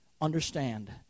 understand